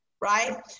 right